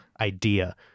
idea